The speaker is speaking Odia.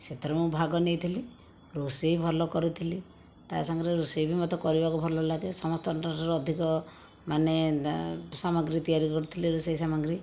ସେଥିରେ ମୁଁ ଭାଗ ନେଇଥିଲି ରୋଷେଇ ଭଲ କରୁଥିଲି ତା ସାଙ୍ଗରେ ରୋଷେଇ ବି ମୋତେ କରିବାକୁ ଭଲଲାଗେ ସମସ୍ତଙ୍କଠାରୁ ଅଧିକ ମାନେ ସାମଗ୍ରୀ ତିଆରି କରିଥିଲେ ରୋଷେଇ ସାମଗ୍ରୀ